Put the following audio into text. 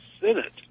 Senate